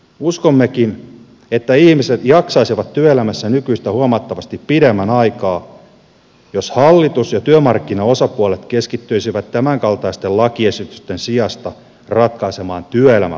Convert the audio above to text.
uskommekin että ihmiset jaksaisivat työelämässä nykyistä huomattavasti pidemmän aikaa jos hallitus ja työmarkkinaosapuolet keskittyisivät tämänkaltaisten lakiesitysten sijasta ratkaisemaan työelämän laatukysymyksiä